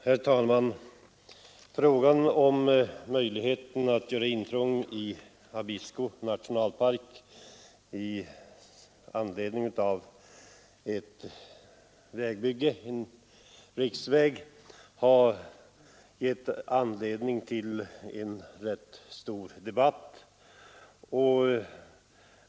Herr talman! Frågan om att göra intrång i Abisko nationalpark genom att bygga en riksväg genom området har givit upphov till en ganska stor debatt.